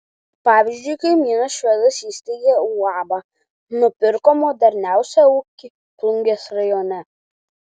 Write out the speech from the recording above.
pavyzdžiui kaimynas švedas įsteigė uabą nupirko moderniausią ūkį plungės rajone